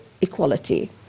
equality